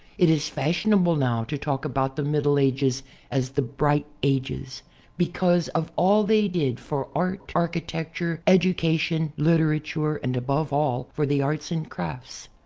it is fashionable now to talk about the middle ages as the bright ages because of all they did for art, architecture, education, literature, and above all, for the arts and crafts.